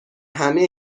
همه